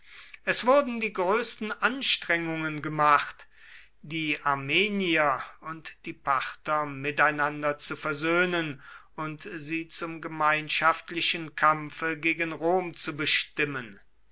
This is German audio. es wurden die größten anstrengungen gemacht die armenier und die parther miteinander zu versöhnen und sie zum gemeinschaftlichen kampfe gegen rom zu bestimmen